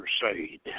Crusade